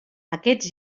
aquests